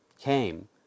came